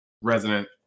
resident